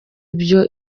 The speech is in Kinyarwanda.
ibyo